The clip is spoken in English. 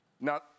Now